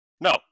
no